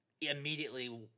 immediately